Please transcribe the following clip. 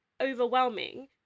overwhelming